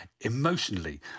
emotionally